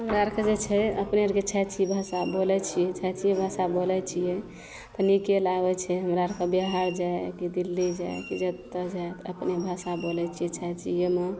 हमरा आओरके जे छै अपनेके जे छै छी भाषा बोलै छी छै छी भाषा बोलै छिए कनिके ले आबै छै हमरा आओरके बिहार जाए कि दिल्ली जाए कि जतए जाए अपने भाषा बोलै छिए छै छिएमे